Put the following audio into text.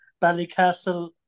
Ballycastle